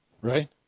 Right